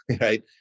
right